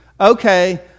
okay